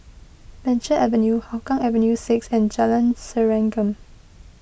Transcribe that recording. Venture Avenue Hougang Avenue six and Jalan Serengam